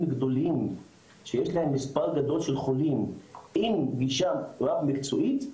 גדולים שיש להם מספר גדול של חולים עם גישה רב מקצועית,